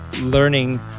learning